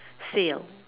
sale